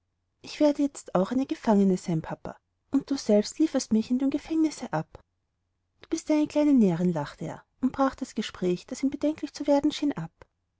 ich werde jetzt auch eine gefangene sein papa und du selbst lieferst mich in dem gefängnisse ab du bist eine kleine närrin lachte er und brach das gespräch das ihm bedenklich zu werden schien ab